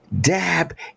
dab